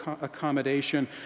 accommodation